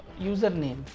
username